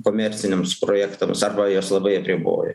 komerciniams projektams arba jas labai apriboja